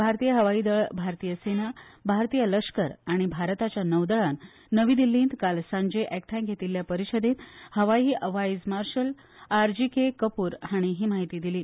भारतीय हवाय दळ भारतीय सेना भारतीय लश्कर आनी भारताच्या नौदळान नवी दिल्लींत काल सांजे एकठांय घेतिल्ल्या परिशदेंत हवाय व्हायस मार्शल राजर कपूर हांणी ही माहिती दिली